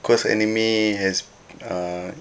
cause anime has uh